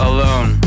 Alone